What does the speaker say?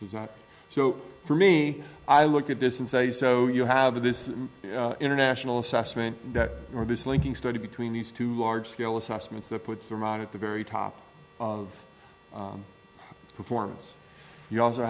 he's not so for me i look at this and say so you have this international assessment that or be slinking study between these two large scale assessments that puts them out at the very top of performance you also